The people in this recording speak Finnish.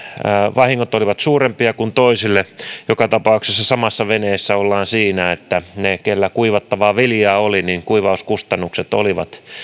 vahingot olivat suurempia kuin toisille joka tapauksessa samassa veneessä ollaan siinä että niillä keillä kuivattavaa viljaa oli kuivauskustannukset olivat